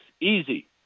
Easy